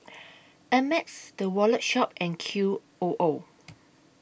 Ameltz The Wallet Shop and Q O O